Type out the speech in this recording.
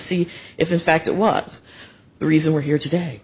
see if in fact it was the reason we're here today